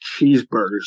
cheeseburgers